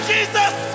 Jesus